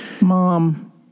Mom